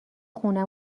خونه